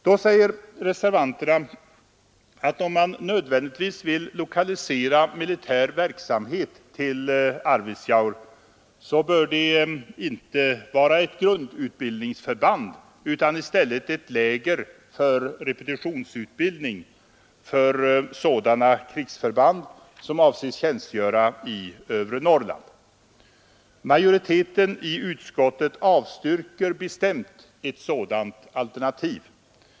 Då säger reservanterna att om man nödvändigtvis vill lokalisera militär verksamhet till Arvidsjaur bör det inte vara ett grundutbildningsförband utan i stället ett läger för repetitionsutbildning för sådana krigsförband som avses för övre Norrland. Majoriteten i utskottet avstyrker bestämt ett sådant alternativ.